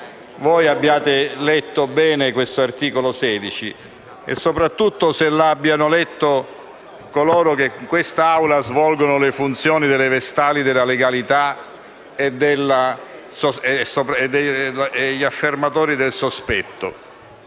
voi abbiate letto bene l'articolo 16 e soprattutto se lo abbiano letto coloro che in quest'Aula svolgono le funzioni di vestali della legalità e di affermatori del sospetto.